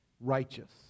righteous